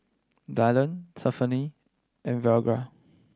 Dyllan Tiffani and Virgia